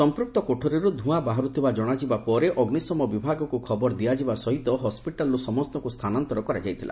ସମ୍ପୂକ୍ତ କୋଠରିରୁ ଧୂଆଁ ବାହାରୁଥିବା ଜଣାଯିବା ପରେ ଅଗ୍ନିସମ ବିଭାଗକୁ ଖବର ଦିଆଯିବା ସହିତ ହସ୍କିଟାଲ୍ରୁ ସମସ୍ତଙ୍କୁ ସ୍ଥାନାନ୍ତର କରାଯାଇଥିଲା